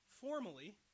Formally